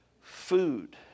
food